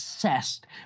obsessed